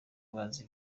bazi